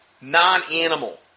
non-animal